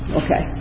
okay